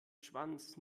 schwanz